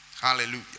hallelujah